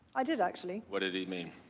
i did actually. what did he mean?